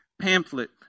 pamphlet